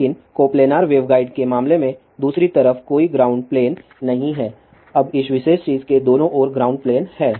लेकिन coplanar waveguide के मामले में दूसरी तरफ कोई ग्राउंड प्लेन नहीं है अब इस विशेष चीज़ के दोनों ओर ग्राउंड प्लेन हैं